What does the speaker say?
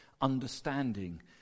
understanding